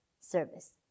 service